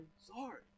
sorry